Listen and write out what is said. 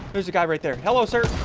there's the guy right there. hello, sir.